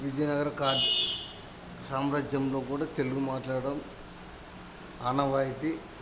విజయనగర సామ్రాజ్యంలో కూడా తెలుగు మాట్లాడటం ఆనవాయితీ